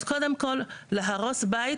אז קודם כל להרוס בית